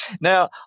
Now